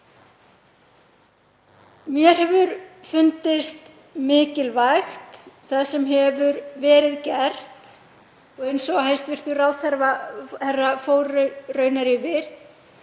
Mér hefur fundist mikilvægt það sem hefur verið gert, eins og hæstv. ráðherra fór raunar yfir,